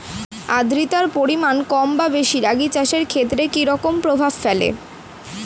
আদ্রতার পরিমাণ কম বা বেশি রাগী চাষের ক্ষেত্রে কি রকম প্রভাব ফেলে?